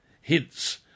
hints